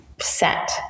set